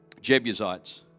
Jebusites